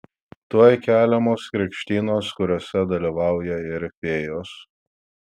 tuoj keliamos krikštynos kuriose dalyvauja ir fėjos